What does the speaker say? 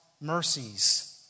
mercies